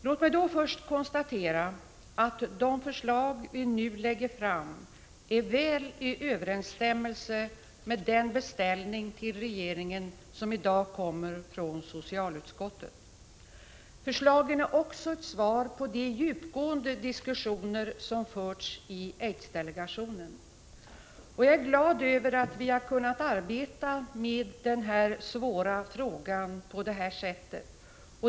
Låt mig först konstatera att de förslag som vi nu lägger fram är väl i överensstämmelse med den beställning till regeringen som i dag kommer från socialutskottet. Förslagen är också ett svar på de djupgående diskussioner som förts i aidsdelegationen. Jag är glad över att vi har kunnat arbeta med denna svåra fråga på detta sätt.